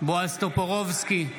בועז טופורובסקי,